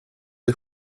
det